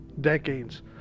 decades